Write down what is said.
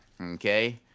okay